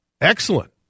Excellent